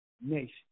nation